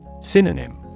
Synonym